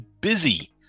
busy